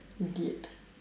idiot